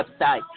website